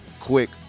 quick